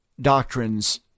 doctrines